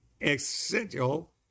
essential